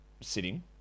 sitting